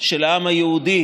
של העם היהודי